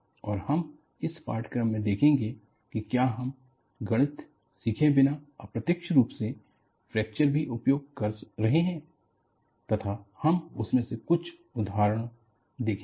और हम इस पाठ्यक्रम में देखेंगेकि क्या हम गणित सीखे बिना अप्रत्यक्ष रूप से फ्रैक्चर भी उपयोग कर रहे हैं तथा हम उनमें से कुछ उदाहरणों देखेंगे